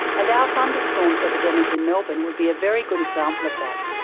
and our thunderstorm epidemic in melbourne would be a very good example of that,